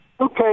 Okay